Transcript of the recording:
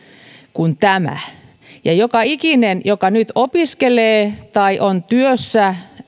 kuin tämä joka ikisellä joka nyt opiskelee tai on työssä